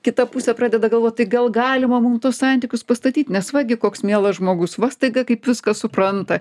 kita pusė pradeda galvot tai gal galima mum tuos santykius pastatyt nes va gi koks mielas žmogus va staiga kaip viską supranta